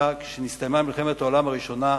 כשנסתיימה מלחמת העולם הראשונה,